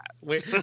Wait